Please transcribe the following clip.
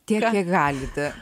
tiek kiek galite